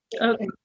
Okay